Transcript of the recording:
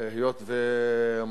היות, שוב,